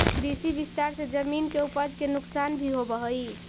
कृषि विस्तार से जमीन के उपज के नुकसान भी होवऽ हई